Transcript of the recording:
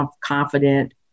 confident